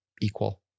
equal